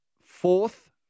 fourth